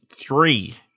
three